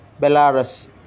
Belarus